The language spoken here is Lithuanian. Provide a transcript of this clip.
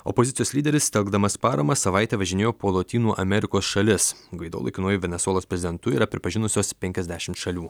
opozicijos lyderis telkdamas paramą savaitę važinėjo po lotynų amerikos šalis gvaido laikinuoju venesuelos prezidentu yra pripažinusios penkiasdešim šalių